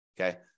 Okay